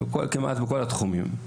כמעט בכל התחומים.